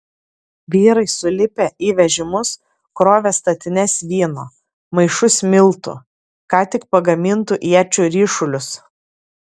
vyrai sulipę į vežimus krovė statines vyno maišus miltų ką tik pagamintų iečių ryšulius